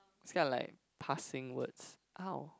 it's kind of like passing words how